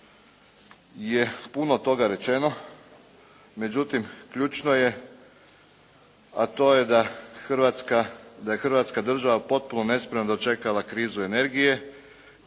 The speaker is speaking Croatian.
je puno toga rečeno, međutim ključno je, a to je da Hrvatska, da Hrvatska država potpuno dočekala krizu energije,